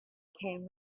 came